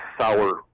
sour